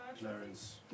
Clarence